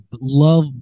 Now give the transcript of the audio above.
love